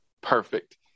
perfect